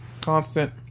Constant